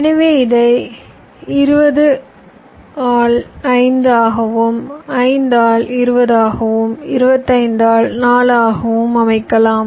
எனவே இதை 20 ஆல் 5 ஆகவும் 5 ஆல் 20 ஆகவும் 25 ஆல் 4 ஆகவும் அமைக்கலாம்